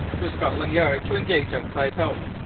for scotland yard to engage outside help,